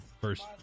first